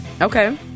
Okay